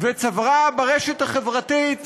וצברה ברשת החברתית